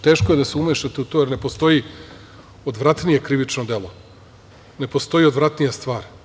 Teško je da se umešate u to, jer ne postoji odvratnije krivično delo, ne postoji odvratnija stvar.